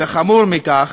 וחמור מכך,